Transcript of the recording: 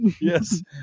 Yes